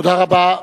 תודה רבה.